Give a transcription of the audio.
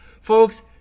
Folks